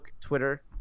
Twitter